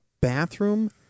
bathroom